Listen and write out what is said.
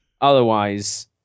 Otherwise